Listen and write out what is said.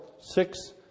six